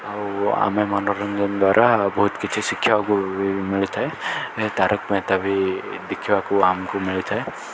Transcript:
ଆଉ ଆମେ ମନୋରଞ୍ଜନ ଦ୍ୱାରା ବହୁତ କିଛି ଶିଖିବାକୁ ବି ମିଳିଥାଏ ତାରକ ମେହତା ବି ଦେଖିବାକୁ ଆମକୁ ମିଳିଥାଏ